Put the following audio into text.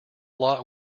lot